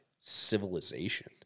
civilization